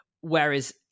whereas